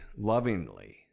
lovingly